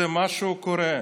משהו קורה.